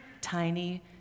tiny